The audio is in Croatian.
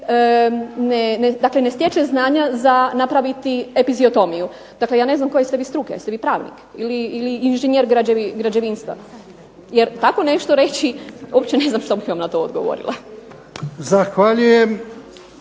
ne stječe znanja za napraviti epiziotomiju. Dakle ja ne znam koje ste vi struke, jeste li vi pravnik ili inženjer građevinstva? Jer tako nešto reći uopće ne znam što bih vam na to odgovorila. **Jarnjak,